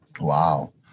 Wow